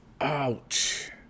Ouch